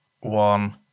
one